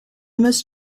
must